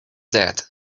that